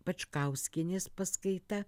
pačkauskienės paskaita